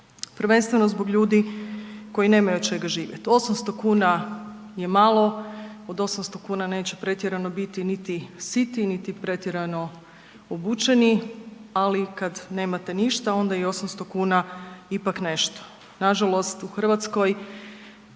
prvenstveno zbog ljudi koji nemaju od čega živjet, 800 kn je malo, od 800 kn neće pretjerano biti niti siti niti pretjerano obučeni, ali kad nemate ništa, onda je i 800 kn ipak nešto. Nažalost u Hrvatskoj